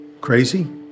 Crazy